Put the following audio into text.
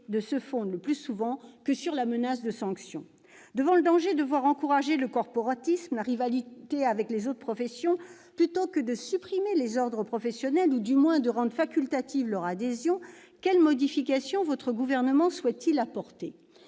ne se fonde le plus souvent que sur la menace de sanctions. Devant le danger de voir encourager le corporatisme et la rivalité avec les autres professions, plutôt que de supprimer les ordres professionnels ou, du moins, de rendre facultatives leurs adhésions, quelles modifications votre gouvernement souhaite-t-il apporter,